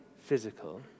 physical